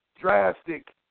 drastic